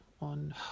on